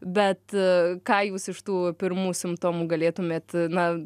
bet ką jūs iš tų pirmų simptomų galėtumėt na